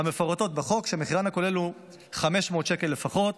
המפורטות בחוק שמחירן הכולל הוא 500 שקל לפחות,